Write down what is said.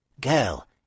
Girl